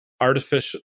artificial